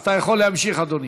אתה יכול להמשיך, אדוני.